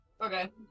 Okay